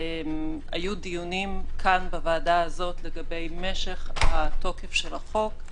היו דיונים כאן בוועדה הזאת לגבי משך התוקף של החוק.